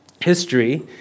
History